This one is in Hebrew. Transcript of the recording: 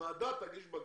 הוועדה תגיש בג"צ.